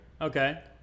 Okay